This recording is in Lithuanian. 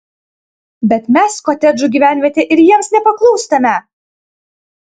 bet mes kotedžų gyvenvietė ir jiems nepaklūstame